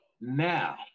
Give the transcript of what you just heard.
Now